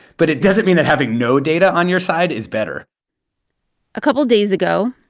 but it doesn't mean that having no data on your side is better a couple of days ago